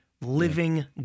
living